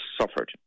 suffered